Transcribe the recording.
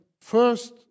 first